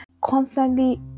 constantly